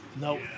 No